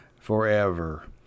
forever